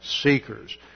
seekers